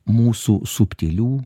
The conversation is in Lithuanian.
mūsų subtilių